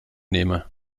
nehme